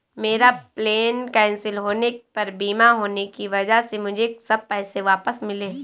मेरा plane cancel होने पर बीमा होने की वजह से मुझे सब पैसे वापस मिले